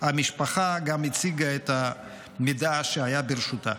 המשפחה גם הציגה את המידע שהיה ברשותה.